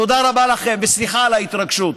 תודה רבה לכם, וסליחה על ההתרגשות.